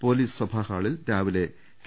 police സഭാഹാളിൽ രാവിലെ K